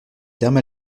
terme